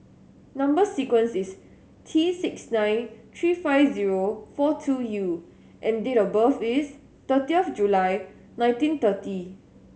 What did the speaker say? number sequence is T six nine three five zero four two U and date of birth is thirty of July nineteen thirty